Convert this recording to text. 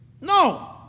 No